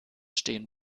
stehen